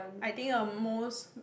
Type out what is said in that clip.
I think your most